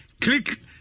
click